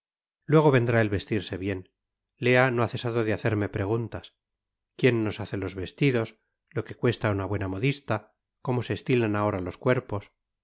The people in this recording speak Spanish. luego vendrá el vestirse bien lea no ha cesado de hacerme preguntas quién nos hace los vestidos lo que cuesta una buena modista cómo se estilan ahora los cuerpos